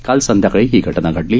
काल संध्याकाळी ही घटना घडली